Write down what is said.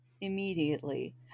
immediately